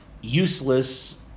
useless